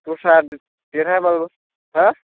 दस्रा देद देरहायाबाबो